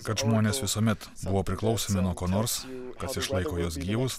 kad žmonės visuomet buvo priklausomi nuo ko nors kas išlaiko juos gyvus